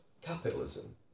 capitalism